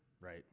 Right